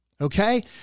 Okay